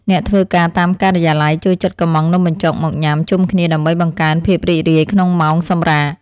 អ្នកធ្វើការតាមការិយាល័យចូលចិត្តកម្ម៉ង់នំបញ្ចុកមកញ៉ាំជុំគ្នាដើម្បីបង្កើនភាពរីករាយក្នុងម៉ោងសម្រាក។